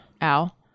Al